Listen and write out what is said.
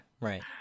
right